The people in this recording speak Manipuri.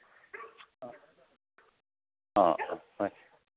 ꯑ ꯑ ꯍꯣꯏ